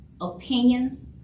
opinions